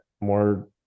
more